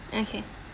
okay